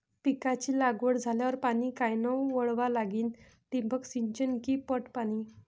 पिकाची लागवड झाल्यावर पाणी कायनं वळवा लागीन? ठिबक सिंचन की पट पाणी?